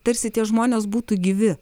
tarsi tie žmonės būtų gyvi